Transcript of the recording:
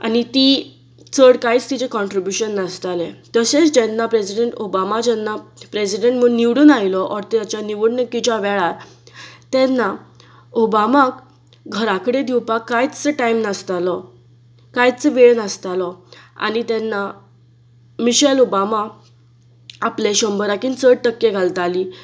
आनी ती चड कांय तिजें कंट्रिब्युशन नासतालें तशेंच जेन्ना प्रेजिडेंट ओबामा जेन्ना प्रेजिडेंट म्हूण निवडून आयलो ओर ताच्या निवडणुकीच्या वेळार तेन्ना ओबामाक घरा कडेन दिवपाक कांयच टायम नासतालो कांयच वेळ नासतालो आनी तेन्ना मिशेल ओबामाक आपले शंबराकीन चड टक्के घालताली